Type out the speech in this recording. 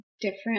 different